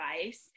advice